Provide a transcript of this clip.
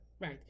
right